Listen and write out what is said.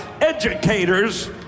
educators